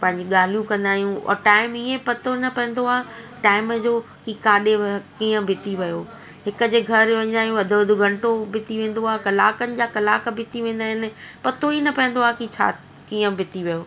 पंहिंजी ॻाल्हियूं कंदा आहियूं औरि टाइम ईअं पतो न पवंदो आहे टाइम जो की काॾे बि कीअं बिती वियो हिक जे घरु वञणु अधु अधु घंटो बिती वेंदो आहे कलाकनि जा कलाक बिती वेंदा आहिनि पतो ई न पवंदो आहे की छा कीअं बिती वियो